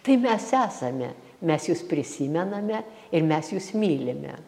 tai mes esame mes jus prisimename ir mes jus mylime